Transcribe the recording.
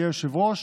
שיהיה היושב-ראש,